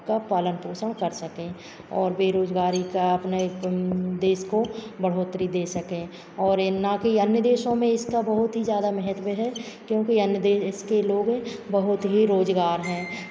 का पालन पोषण कर सकें और बेरोजगारी का अपना एक देश को बढ़ोत्तरी दे सके और ना कि अन्य देशों में इसका बहुत ही ज़्यादा महत्व है क्योंकि अन्य देश के लोगों बहुत ही रोजगार हैं